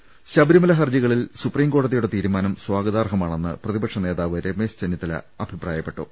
് ശബരിമല ഹർജികളിൽ സുപ്രീംകോടതിയുടെ തീരുമാനം സ്വാഗതാർഹമാണെന്ന് പ്രതിപക്ഷനേതാവ് രമേശ് ചെന്നിത്തല അഭിപ്രായ പ്പെട്ടു